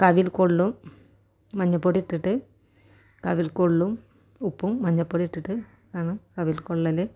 കവിൾക്കൊള്ളും മഞ്ഞൾപ്പൊടി ഇട്ടിട്ട് കവിൾക്കൊള്ളും ഉപ്പും മഞ്ഞൾപ്പൊടിയും ഇട്ടിട്ട് ആണ് കവിൾക്കൊള്ളല്